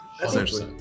essentially